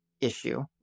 issue